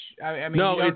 No